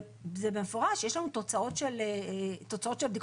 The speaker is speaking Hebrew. במפורש יש שם תוצאות של בדיקות,